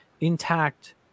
intact